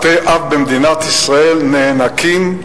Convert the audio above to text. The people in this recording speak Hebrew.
בתי-אב במדינת ישראל נאנקים,